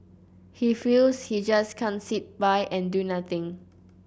he feels he just can't sit by and do nothing